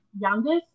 Youngest